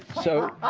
so